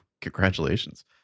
congratulations